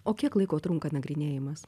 o kiek laiko trunka nagrinėjimas